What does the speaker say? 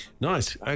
Nice